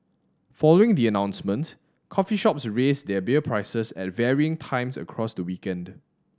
following the announcement coffee shops raised their beer prices at varying times across the weekend